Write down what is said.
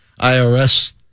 IRS